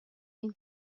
ایم